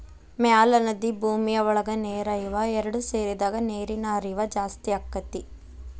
ಮ್ಯಾಲ ನದಿ ಭೂಮಿಯ ಒಳಗ ನೇರ ಇವ ಎರಡು ಸೇರಿದಾಗ ನೇರಿನ ಹರಿವ ಜಾಸ್ತಿ ಅಕ್ಕತಿ